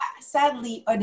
sadly